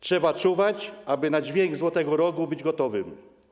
Trzeba czuwać, aby na dźwięk złotego rogu być gotowym.